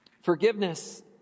Forgiveness